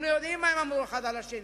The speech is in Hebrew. אנחנו יודעים מה הם אמרו אחד על השני,